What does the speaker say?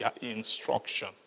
instruction